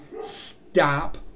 stop